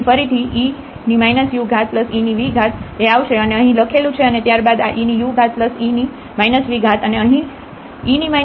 તેથી ફરીથી e uev એ આવશે અને અહીં લખેલું છે અને ત્યારબાદ આ eue v અને અહીં e uev એ y છે